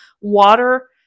water